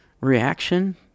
reaction